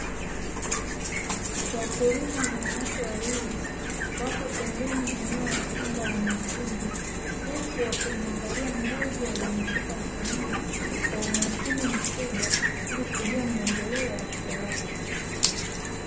Wakulima Wanawake wawili wako pembeni eneo la shamba la mahindi, huku wakimuangalia mbuzi walimshika mkononi kwa umakini mkubwa ili kujua maendeleo ya afya yake.